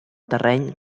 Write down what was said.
terreny